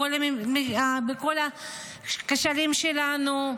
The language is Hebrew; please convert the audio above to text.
בכל הכשלים שלנו,